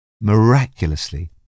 Miraculously